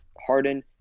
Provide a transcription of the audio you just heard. Harden